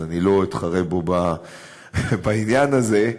אז אני לא אתחרה בו בעניין הזה,